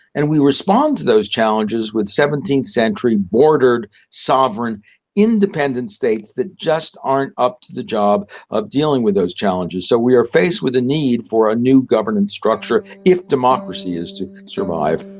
and we respond to those challenges with seventeenth century bordered sovereign independent states that just aren't up to the job of dealing with those challenges. so we are faced with a need for a new governance structure if democracy is to survive.